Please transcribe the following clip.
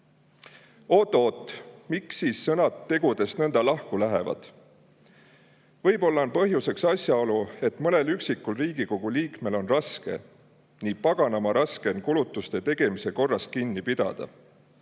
seigad. Oot-oot, miks siis sõnad tegudest nõnda lahku lähevad? Võib-olla on põhjuseks asjaolu, et mõnel üksikul Riigikogu liikmel on raske, nii paganama raske on kulutuste tegemise korrast kinni pidada.